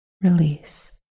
Release